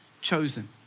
chosen